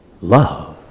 love